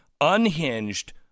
unhinged